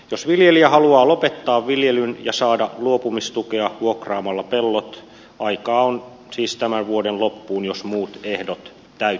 jos viljelijä haluaa lopettaa viljelyn ja saada luopumistukea vuokraamalla pellot aikaa on siis tämän vuoden loppuun jos muut ehdot täyttyvät